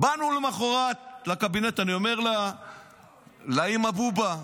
באנו למוחרת לקבינט, אני אומר לאימא בובה: